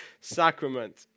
sacrament